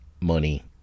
Money